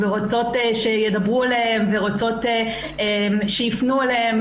שרוצות שידברו אליהן ושרוצות שיפנו אליהן,